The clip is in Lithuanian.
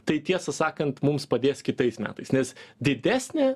tai tiesą sakant mums padės kitais metais nes didesnė